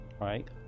right